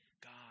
God